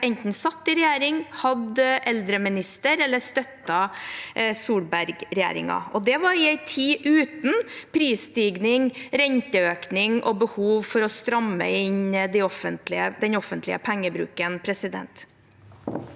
enten satt i regjering, hadde eldreminister eller støttet Solberg-regjeringen. Det var i en tid uten prisstigning, renteøkning og behov for å stramme inn den offentlige pengebruken. Marian